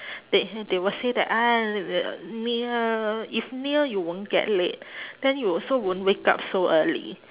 they hear they would say that ah the the near if near you won't get late then you also won't wake up so early